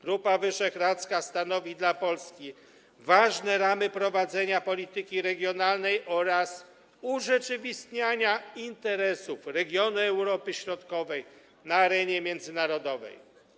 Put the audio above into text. Grupa Wyszehradzka stanowi dla Polski ważne ramy prowadzenia polityki regionalnej oraz urzeczywistniania interesów regionu Europy Środkowej na arenie międzynarodowej.